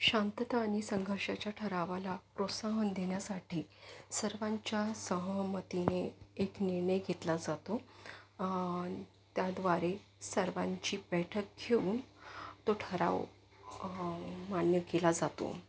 शांतता आणि संघर्षाच्या ठरावाला प्रोत्साहन देण्यासाठी सर्वांच्या सहमतीने एक निर्णय घेतला जातो त्याद्वारे सर्वांची बैठक घेऊन तो ठराव मान्य केला जातो